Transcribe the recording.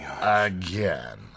again